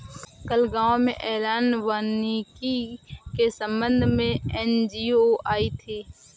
कल गांव में एनालॉग वानिकी के संबंध में एन.जी.ओ आई थी